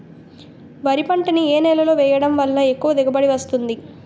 వరి పంట ని ఏ నేలలో వేయటం వలన ఎక్కువ దిగుబడి వస్తుంది?